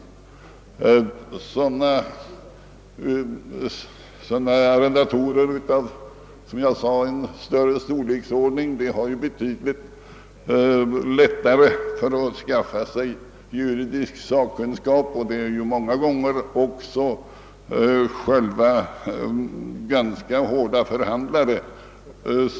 Innehavare av större arrenden har betydligt lättare att skaffa sig juridisk sakkunskap, och de är många gånger själva ganska hårda förhandlare.